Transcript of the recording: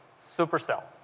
supercell,